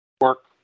work